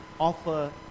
offer